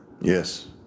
yes